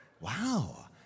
Wow